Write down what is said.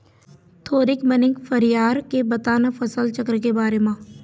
थोरिक बने फरियार के बता न फसल चक्र के बारे म